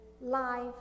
life